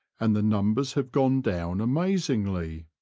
and the numbers have gone down amazingly.